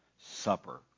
Supper